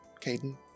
Caden